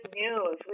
news